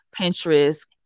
pinterest